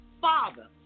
father